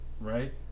right